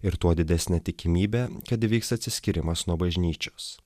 ir tuo didesnė tikimybė kad įvyks atsiskyrimas nuo bažnyčios